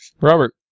Robert